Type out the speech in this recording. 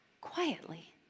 quietly